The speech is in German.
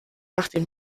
nachdem